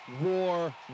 War